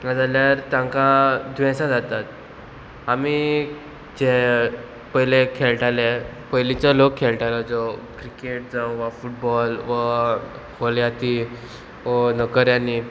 नाजाल्यार तांकां दुयेंसां जातात आमी जे पयले खेळटाले पयलींचो लोक खेळटालो जो क्रिकेट जावं वा फुटबॉल वा होलयाती वो नकऱ्यानी